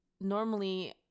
normally